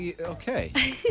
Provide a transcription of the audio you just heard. okay